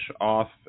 off